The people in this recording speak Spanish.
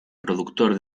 productor